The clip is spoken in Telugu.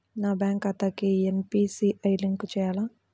నా బ్యాంక్ ఖాతాకి ఎన్.పీ.సి.ఐ లింక్ చేయాలా?